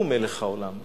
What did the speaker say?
הוא מלך העולם.